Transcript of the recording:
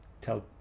tell